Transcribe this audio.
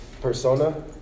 persona